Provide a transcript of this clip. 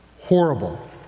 Horrible